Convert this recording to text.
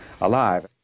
alive